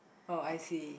oh I see